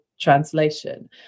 translation